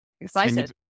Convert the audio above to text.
Excited